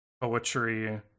poetry